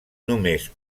només